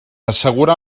assegurar